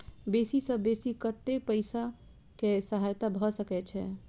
बेसी सऽ बेसी कतै पैसा केँ सहायता भऽ सकय छै?